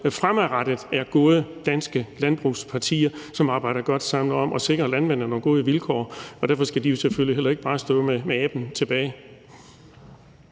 fremadrettet er gode danske landbrugspartier, som arbejder godt sammen om at sikre landmændene nogle gode vilkår, og derfor skal de jo selvfølgelig heller ikke bare stå tilbage